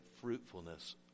fruitfulness